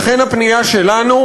לכן הפנייה שלנו,